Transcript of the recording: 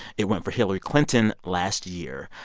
it went for hillary clinton last year,